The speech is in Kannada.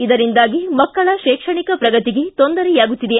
ಇದರಿಂದಾಗಿ ಮಕ್ಕಳ ಶೈಕ್ಷಣಿಕ ಪ್ರಗತಿಗೆ ತೊಂದರೆಯಾಗುತ್ತಿದೆ